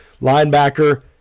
linebacker